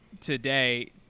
today